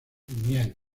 miel